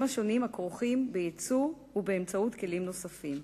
השונים הכרוכים ביצוא ובאמצעות כלים נוספים.